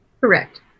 Correct